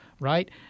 right